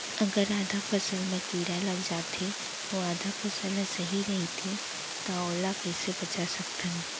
अगर आधा फसल म कीड़ा लग जाथे अऊ आधा फसल ह सही रइथे त ओला कइसे बचा सकथन?